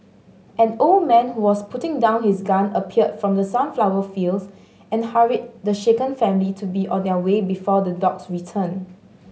an old man who was putting down his gun appeared from the sunflower fields and hurried the shaken family to be on their way before the dogs return